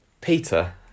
Peter